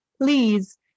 please